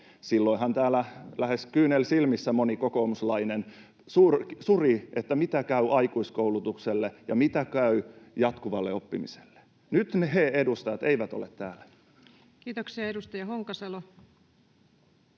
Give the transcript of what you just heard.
Silloinhan täällä lähes kyynel silmissä moni kokoomuslainen suri, mitä käy aikuiskoulutukselle ja mitä käy jatkuvalle oppimiselle. Nyt ne edustajat eivät ole täällä. Kiitoksia. — Edustaja Honkasalo.